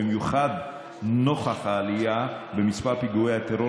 במיוחד נוכח העלייה במספר פיגועי הטרור